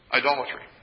idolatry